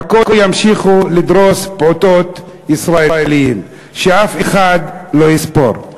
ככה ימשיכו לדרוס פעוטות ישראלים שאף אחד לא יספור.